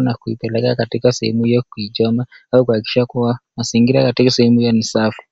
na kuipelekea katika sehemu hiyo kuichoma au kuhakikisha kuwa mazingira katika sehemu hiyo ni safi.